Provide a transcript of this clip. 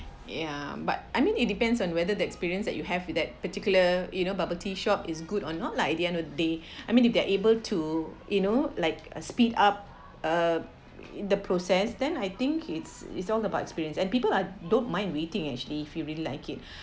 ya but I mean it depends on whether that experience that you have with that particular you know bubble tea shop is good or not like at the end of the day I mean if they're able to you know like uh speed up uh the process then I think it's it's all about experience and people are don't mind waiting actually if you really like it